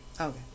Okay